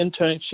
internship